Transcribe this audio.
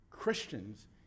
Christians